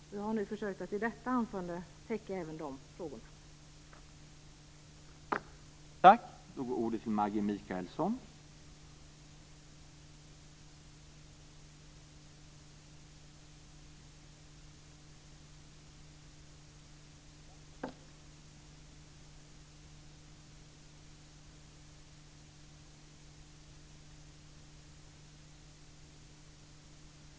Jag har nu försökt att i detta anförande täcka även de frågorna.